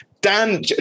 Dan